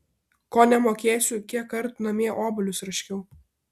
ko nemokėsiu kiek kartų namie obuolius raškiau